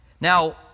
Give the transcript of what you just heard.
Now